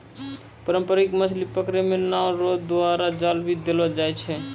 पारंपरिक मछली पकड़ै मे नांव रो द्वारा जाल भी देलो जाय छै